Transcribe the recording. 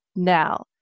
now